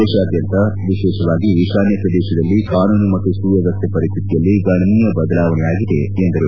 ದೇಶಾದ್ದಂತ ವಿಶೇಷವಾಗಿ ಈಶಾನ್ನ ಪ್ರದೇಶಗಳಲ್ಲಿ ಕಾನೂನು ಮತ್ತು ಸುವ್ದವಸ್ಥೆ ಪರಿಸ್ಟಿತಿಯಲ್ಲಿ ಗಣನೀಯ ಬದಲಾವಣೆ ಆಗಿದೆ ಎಂದರು